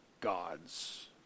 gods